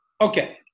okay